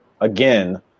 again